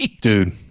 dude